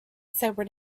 sobered